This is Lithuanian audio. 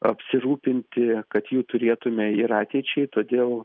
apsirūpinti kad jų turėtume ir ateičiai todėl